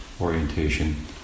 orientation